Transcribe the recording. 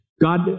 God